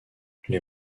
les